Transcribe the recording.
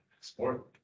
Sport